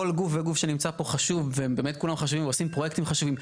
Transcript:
גוף וגוף שנמצא פה חשוב ובאמת כולם חשובים ועושים פרויקטים חשובים.